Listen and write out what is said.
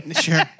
Sure